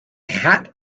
hat